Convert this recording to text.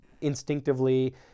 instinctively